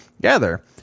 gather